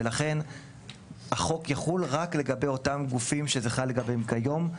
ולכן החוק יחול רק לגבי אותם גופים שזה חל לגביהם כיום,